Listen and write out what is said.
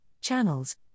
channels